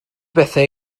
bethau